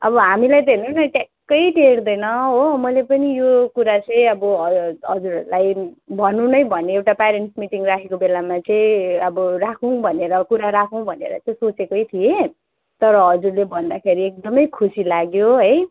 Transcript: अब हामीलाई त हेर्नु न ट्याक्कै टेर्दैन हो मैले पनि यो कुरा चाहिँ अब हजुरहरूलाई भन्नु नै भने एउटा प्यारेन्ट्स मिटिङ राखेको बेलामा चाहिँ अब राखौँ भनेर कुरा राखौँ भनेर चाहिँ सोचेकै थिएँ तर हजुरले भन्दाखेरि एकदमै खुसी लाग्यो है